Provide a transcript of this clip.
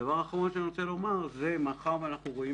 דבר אחרון שאני רוצה לומר מאחר ואנחנו רואים